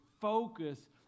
focus